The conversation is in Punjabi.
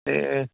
ਅਤੇ